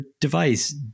device